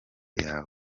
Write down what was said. yawe